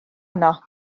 yno